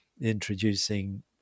introducing